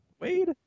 Wade